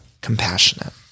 compassionate